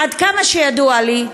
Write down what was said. עד כמה שידוע לי,